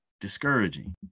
discouraging